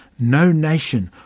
no nation.